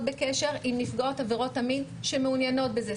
בקשר עם נפגעות עבירות המין שמעוניינות בזה.